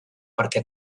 perquè